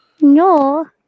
No